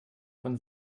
von